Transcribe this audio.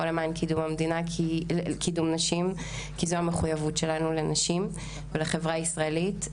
למען קידום נשים כי זו המחויבות שלנו לנשים ולחברה הישראלית.